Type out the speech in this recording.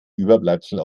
überbleibsel